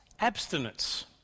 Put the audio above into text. abstinence